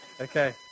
Okay